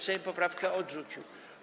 Sejm poprawkę odrzucił.